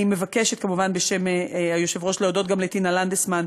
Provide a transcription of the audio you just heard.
אני מבקשת בשם היושב-ראש להודות לטינה לנדסמן,